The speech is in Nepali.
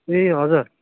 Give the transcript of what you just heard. ए हजुर